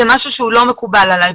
זה משהו שהוא לא מקובל עלי.